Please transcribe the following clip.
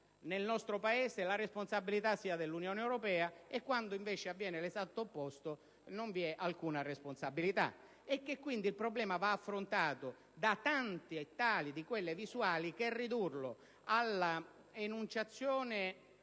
nel nostro Paese la responsabilità sia dell'Unione europea e quando, invece, avviene l'esatto opposto non vi sia alcuna responsabilità. Quindi, il problema va affrontato da molteplici visuali, senza ridurlo all'esaltazione